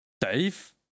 Dave